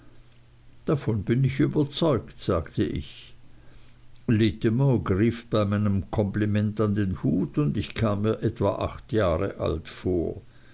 davon bin ich überzeugt sagte ich littimer griff bei meinem kompliment an den hut und ich kam mir etwa acht jahre alt vor